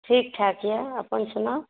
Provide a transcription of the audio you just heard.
ठीक ठाक यऽ